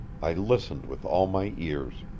i listened with all my ears.